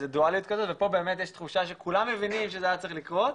דואליות כזאת ופה באמת יש תחושה שכולם מבינים שזה היה צריך לקרות,